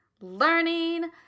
Learning